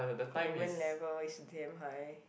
commitment level is damn high